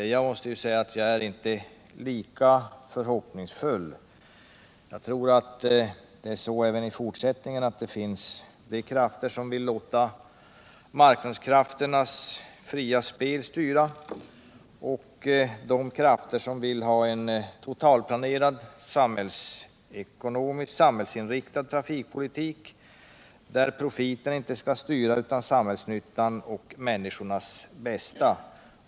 Jag måste säga att jag inte är lika förhoppningsfull. Jag tror att det även i fortsättningen kommer att finnas | krafter som vill låta marknadskrafternas fria spel styra, och krafter som vill ha en totalplanerad, samhällsinriktad trafikpolitik, där profiten inte styr utan i stället samhällsnyttan och människors bästa.